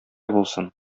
булсын